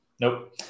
Nope